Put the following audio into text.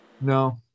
no